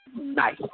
Nice